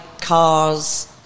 cars